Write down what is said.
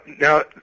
now